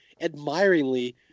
admiringly